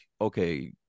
okay